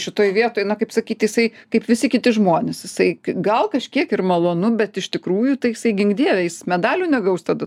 šitoj vietoj na kaip sakyt jisai kaip visi kiti žmonės jisai gal kažkiek ir malonu bet iš tikrųjų tai jisai gink dieve jis medalių negaus tada